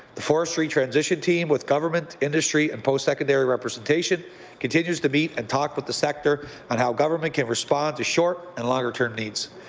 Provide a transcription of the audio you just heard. the forestry transition team with government, industry, and post-secondary representation continues to meet and talk with the sector on how government can respond to short and longer-term needs.